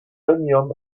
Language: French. premium